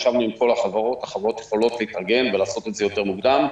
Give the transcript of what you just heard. ישבנו עם כל החברות החברות יכולות להתארגן ולעשות את זה מוקדם יותר.